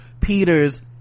peter's